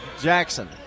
Jackson